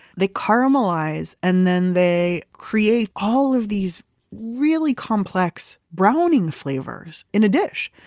they caramelize. and then they create all of these really complex browning flavors in a dish.